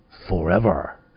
forever